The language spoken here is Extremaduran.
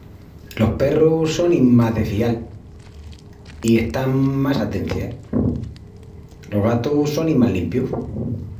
Los perrus sonin más de fial i están más a tencias. Los gatus sonin más limpius.